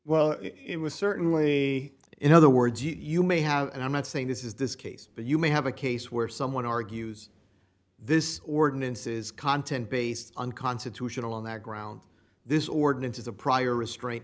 well it was certainly in other words you may have and i'm not saying this is this case but you may have a case where someone argues this ordinance is content based unconstitutional on that ground this ordinance is a prior restraint